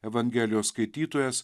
evangelijos skaitytojas